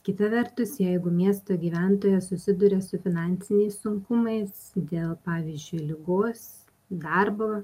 kita vertus jeigu miesto gyventojas susiduria su finansiniais sunkumais dėl pavyzdžiui ligos darbo